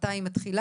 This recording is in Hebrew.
מתי היא מתחילה.